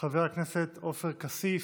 חבר הכנסת עופר כסיף,